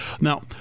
Now